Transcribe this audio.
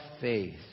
faith